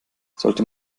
sollte